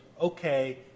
okay